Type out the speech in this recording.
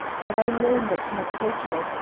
had i known that you had taken it,